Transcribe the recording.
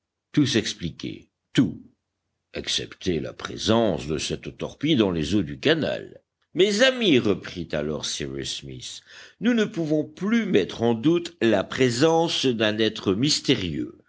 tout s'expliquait tout excepté la présence de cette torpille dans les eaux du canal mes amis reprit alors cyrus smith nous ne pouvons plus mettre en doute la présence d'un être mystérieux